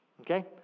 Okay